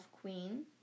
queen